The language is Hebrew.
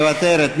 מוותרת,